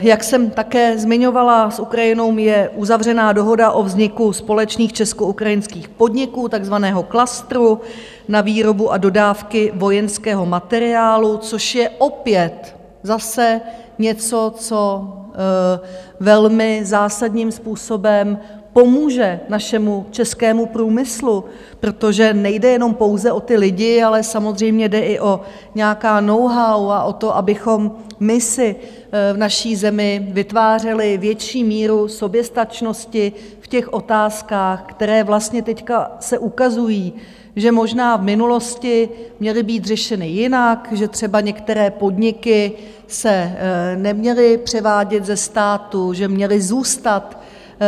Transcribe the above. Jak jsem také zmiňovala, s Ukrajinou je uzavřena dohoda o vzniku společných českoukrajinských podniků, takzvaného klastru na výrobu a dodávky vojenského materiálu, což je opět zase něco, co velmi zásadním způsobem pomůže našemu českému průmyslu, protože nejde jenom, pouze o ty lidi, ale samozřejmě jde i o nějaká knowhow a o to, abychom my si v naší zemi vytvářeli větší míru soběstačnosti v těch otázkách, které vlastně teď se ukazují, že možná v minulosti měly být řešeny jinak, že třeba některé podniky se neměly převádět ze státu, že měly zůstat